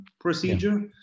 procedure